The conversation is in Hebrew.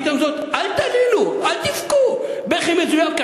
אל תגידו, אל תבכו בכי מזויף.